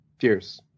Cheers